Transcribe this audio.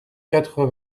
quatre